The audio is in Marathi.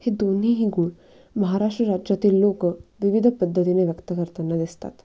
हे दोन्हीही गुण महाराष्ट्र राज्यातील लोक विविध पद्धतीने व्यक्त करताना दिसतात